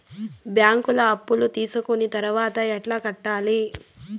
బ్యాంకులో అప్పు తీసుకొని తర్వాత ఎట్లా కట్టాలి?